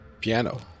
Piano